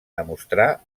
demostrà